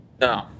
No